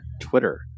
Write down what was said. Twitter